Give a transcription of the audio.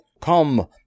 Come